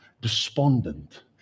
despondent